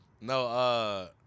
No